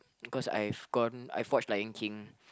because I've gone I've watched Lion-King